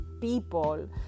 people